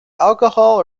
alcohol